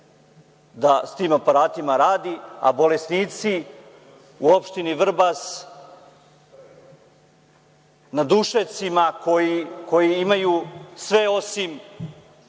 da sa tim aparatima radi, a bolesnici u opštini Vrbas na dušecima imaju sve osim